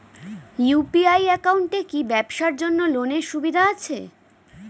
UPI একাউন্টে কি ব্যবসার জন্য লোনের সুবিধা আছে?